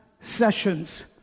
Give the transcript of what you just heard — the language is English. sessions